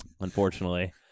unfortunately